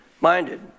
minded